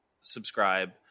subscribe